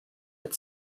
with